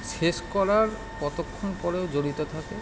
শেষ করার কতক্ষণ পরেও জড়িত থাকে